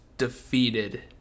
defeated